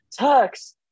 Tux